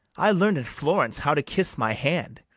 i learn'd in florence how to kiss my hand,